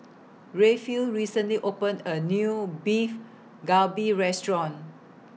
Rayfield recently opened A New Beef Galbi Restaurant